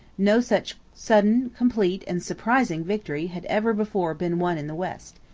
no such sudden, complete, and surprising victory had ever before been won in the west.